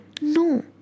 No